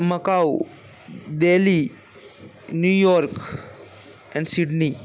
Macau Delhi New York and Sydney